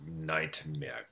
Nightmare